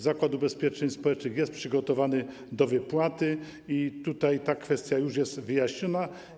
Zakład Ubezpieczeń Społecznych jest przygotowany do wypłaty i tutaj ta kwestia już jest wyjaśniona.